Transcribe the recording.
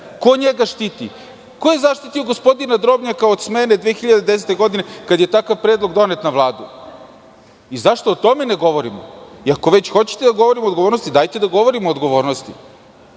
Ko njega štiti? Ko je zaštitio gospodina Drobnjaka od smene 2010. godine, kada je takav predlog donet na Vladi? Zašto o tome ne govorimo? Ako već hoćete da govorimo o odgovornosti, dajte da govorimo o odgovornosti